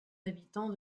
habitant